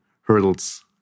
hurdles